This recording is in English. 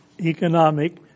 economic